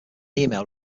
email